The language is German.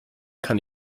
kann